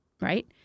Right